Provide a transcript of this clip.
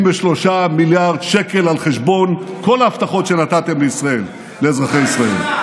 53 מיליארד שקל על חשבון כל ההבטחות שנתתם לאזרחי ישראל.